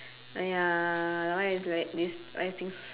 !aiya! that one is like this like things